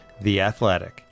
theathletic